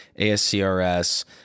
ASCRS